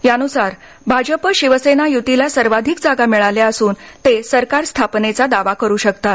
यानुसार भाजपा शिवसेना युतीला सर्वाधिक जागा मिळाल्या असून ते सरकार स्थापनेचा दावा करू शकतात